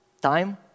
time